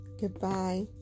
Goodbye